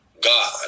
God